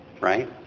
right